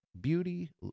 beauty